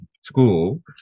school